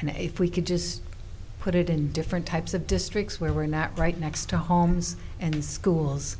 and if we could just put it in different types of districts where we're not right next to homes and schools